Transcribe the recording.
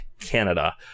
Canada